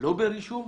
לא ברישום,